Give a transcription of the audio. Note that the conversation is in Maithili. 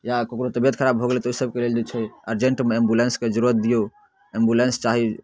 या ककरो तबियत खराब भऽ गेलै तऽ ओइ सभके लेल जे छै अर्जेंटमे एम्बुलेंसके जरूरत दियौ एम्बुलेंस चाही